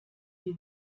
die